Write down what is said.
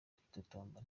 kwitotomba